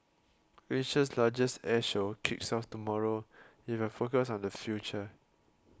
Asia's largest air show kicks off tomorrow with a focus on the future